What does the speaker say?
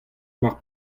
mar